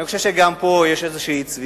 אני חושב שגם פה יש צביעות.